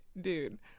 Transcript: dude